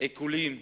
עיקולים,